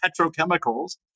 petrochemicals